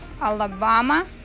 Alabama